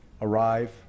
arrive